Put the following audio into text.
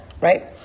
Right